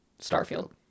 starfield